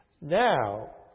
Now